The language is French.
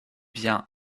bien